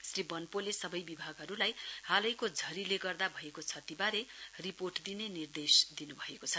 श्री बन्पोले सबै विभागहरूलाई हालैको झरीले गर्दा भएको क्षतिबारे रिपोर्ट दिने निर्देश दिनु भएको छ